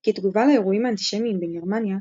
כתגובה לאירועים האנטישמיים בגרמניה,